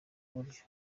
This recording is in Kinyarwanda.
buryo